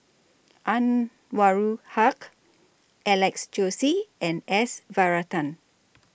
Anwarul Haque Alex Josey and S Varathan